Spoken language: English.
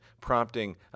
prompting